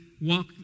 walk